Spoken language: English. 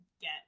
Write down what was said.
get